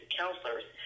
counselors